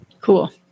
Cool